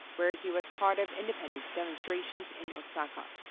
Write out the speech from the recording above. where he was part of independence demonstrations in osaka.